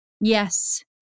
Yes